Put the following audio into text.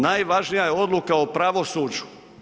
Najvažnija je odluka o pravosuđu.